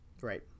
Right